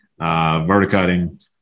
verticutting